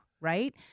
right